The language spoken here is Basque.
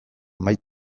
mahai